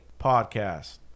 Podcast